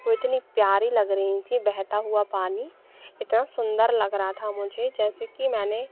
वो इतनी प्यारी लग रही थी बहता हुआ पानी इतना सुन्दर लग रहा था मुझे जैसे कि मैंने